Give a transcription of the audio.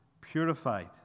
purified